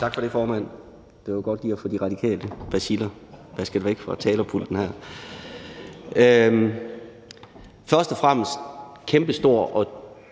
Tak for det, formand. Det var godt lige at få de radikale baciller tørret af talerpulten her. Først og fremmest en kæmpestor